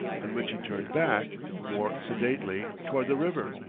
on which he turned back more sedately toward the river,